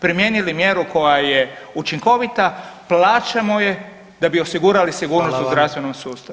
Primijenili mjeru koja je učinkovita, plaćamo je da bi osigurali sigurnost u zdravstvenom sustavu.